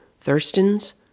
Thurston's